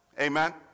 Amen